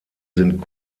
sind